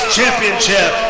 Championship